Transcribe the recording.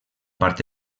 part